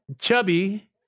chubby